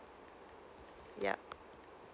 yeah